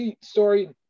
story